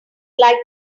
like